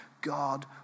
God